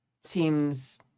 seems